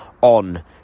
on